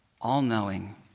all-knowing